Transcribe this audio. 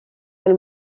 nel